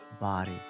body